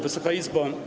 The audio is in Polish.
Wysoka Izbo!